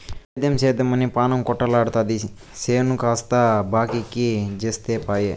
సేద్దెం సేద్దెమని పాణం కొటకలాడతాది చేను కాస్త బాకీకి జమైపాయె